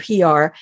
PR